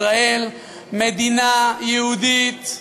ישראל מדינה יהודית,